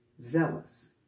zealous